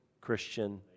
Christian